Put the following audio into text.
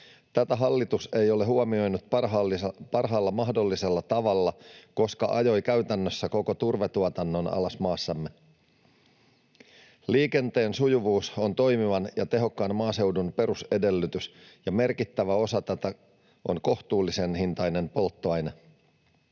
Tätä hallitus ei ole huomioinut parhaalla mahdollisella tavalla, koska ajoi käytännössä koko turvetuotannon alas maassamme. Liikenteen sujuvuus on toimivan ja tehokkaan maaseudun perusedellytys, ja merkittävä osa tätä on kohtuullisen hintainen polttoaine.